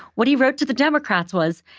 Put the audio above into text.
what he wrote to the democrats was,